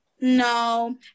no